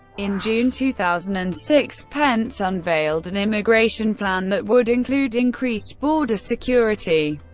in june two thousand and six, pence unveiled an immigration plan that would include increased border security,